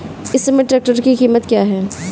इस समय ट्रैक्टर की कीमत क्या है?